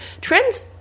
trends